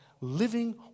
living